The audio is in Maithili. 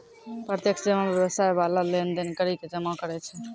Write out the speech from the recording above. प्रत्यक्ष जमा व्यवसाय बाला लेन देन करि के जमा करै छै